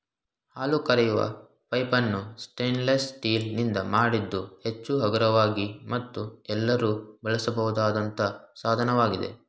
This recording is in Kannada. ಹಾಲು ಕರೆಯುವ ಪೈಪನ್ನು ಸ್ಟೇನ್ಲೆಸ್ ಸ್ಟೀಲ್ ನಿಂದ ಮಾಡಿದ್ದು ಹೆಚ್ಚು ಹಗುರವಾಗಿ ಮತ್ತು ಎಲ್ಲರೂ ಬಳಸಬಹುದಾದಂತ ಸಾಧನವಾಗಿದೆ